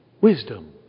wisdom